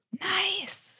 Nice